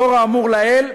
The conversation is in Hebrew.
לאור האמור לעיל,